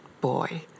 boy